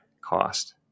cost